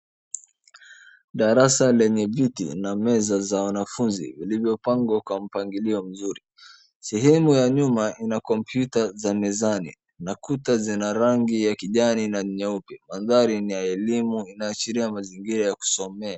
Darasa lenye viti na meza za wanafunzi vilivyopangwa kwa mpangilio mzuri. Sehemu ya nyuma ina kompyuta za mezani na kuta zina rangi ya kijani na nyeupe. Mandhari ni ya elimu inaashiria mazingira ya kusomea.